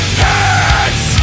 hands